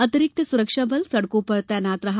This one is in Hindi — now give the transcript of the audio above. अतिरिक्त सुरक्षा बल सड़कों पर तैनात रहा